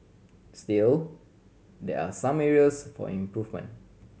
still there are some areas for improvement